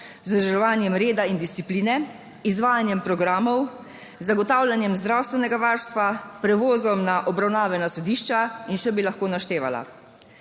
vzdrževanjem reda in discipline, izvajanjem programov, z zagotavljanjem zdravstvenega varstva, prevozom na obravnave, na sodišča in še bi lahko naštevala.